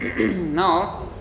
Now